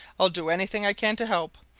i'll do anything i can to help.